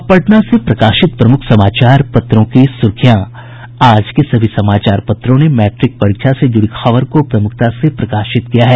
अब पटना से प्रकाशित प्रमुख समाचार पत्रों की सुर्खियां आज के सभी समाचार पत्रों ने मैट्रिक परीक्षा से जुड़ी खबर को प्रमुखता से प्रकाशित किया है